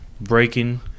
breaking